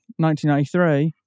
1993